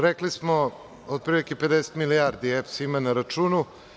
Rekli smo – otprilike 50 milijardi EPS ima na računu.